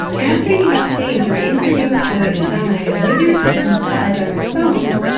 after you have saved your instagram story design and with your tweet inside on your phone,